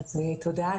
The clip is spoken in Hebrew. תודה.